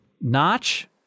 Notch